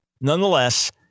Nonetheless